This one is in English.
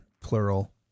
plural